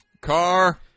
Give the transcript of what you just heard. Car